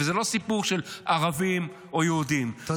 וזה לא סיפור של ערבים או יהודים -- תודה רבה.